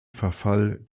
verfall